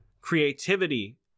creativity